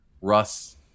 Russ